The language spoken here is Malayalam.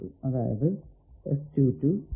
അതായതു പിന്നെ